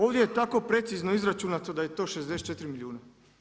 Ovdje je tako precizno izračunato da je to 64 milijuna.